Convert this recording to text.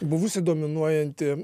buvusi dominuojanti